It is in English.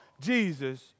Jesus